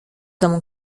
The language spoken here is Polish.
domu